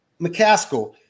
McCaskill